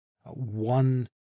one